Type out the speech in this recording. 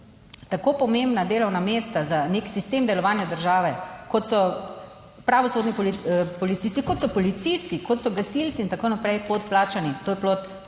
tako pomembna delovna mesta za nek sistem delovanja države, kot so pravosodni policisti, kot so policisti, kot so gasilci in tako naprej, podplačani, to je plod tudi